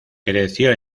creció